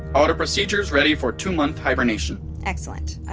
auto-procedures ready for two-month hibernation excellent. ah,